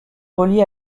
reliée